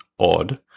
odd